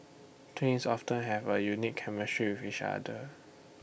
twins often have A unique chemistry with each other